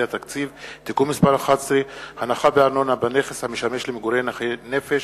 התקציב (תיקון מס' 11) (הנחה בארנונה בנכס המשמש למגורי נכה נפש),